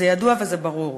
זה ידוע וזה ברור,